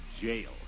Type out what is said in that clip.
Jail